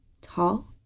Tall